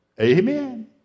Amen